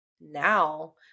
now